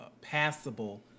passable